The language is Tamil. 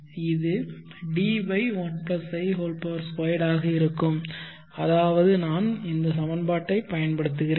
இது D1i2 ஆக இருக்கும் அதாவது நான் இந்த சமன்பாட்டைப் பயன்படுத்துகிறேன்